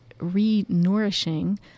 re-nourishing